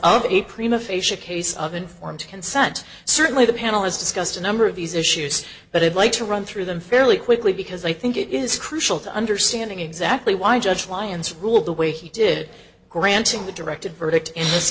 case of informed consent certainly the panel has discussed a number of these issues but i'd like to run through them fairly quickly because i think it is crucial to understanding exactly why judge lyons ruled the way he did granting the directed verdict in this